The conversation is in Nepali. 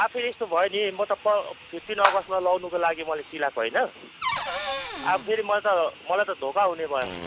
अब फेरि यस्तो भयो नि म त प फिप्टिन अगस्तमा लगाउनुको लागि मैले सिलाएको होइन अब फेरि मैले त मलाई त धोका हुने भयो